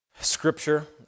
Scripture